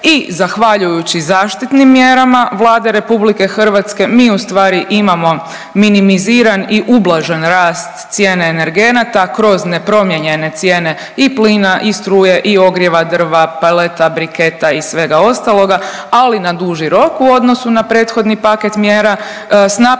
I zahvaljujući zaštitnim mjerama Vlade Republike Hrvatske mi ustvari imamo minimiziran i ublažen rast cijene energenata kroz nepromijenjene cijene i plina, i struje i ogrijeva, drva, paleta, briketa i svega ostaloga. Ali na duži rok u odnosu na prethodni paket mjera s napomenom